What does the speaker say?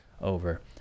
over